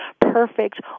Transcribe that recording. perfect